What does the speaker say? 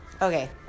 Okay